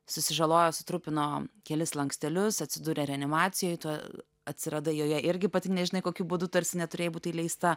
susižalojo sutrupino kelis slankstelius atsidūrė reanimacijoje tu atsiradai joje irgi pati nežinai kokiu būdu tarsi neturėjai būti įleista